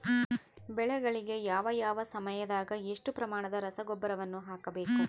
ಬೆಳೆಗಳಿಗೆ ಯಾವ ಯಾವ ಸಮಯದಾಗ ಎಷ್ಟು ಪ್ರಮಾಣದ ರಸಗೊಬ್ಬರವನ್ನು ಹಾಕಬೇಕು?